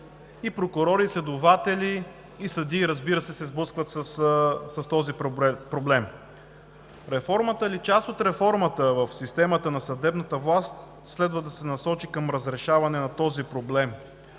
помещения, а прокурори, следователи и съдии, разбира се, се сблъскват с този проблем. Част от реформата в системата на съдебната власт следва да се насочи към разрешаване на този проблем